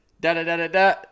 Da-da-da-da-da